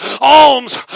alms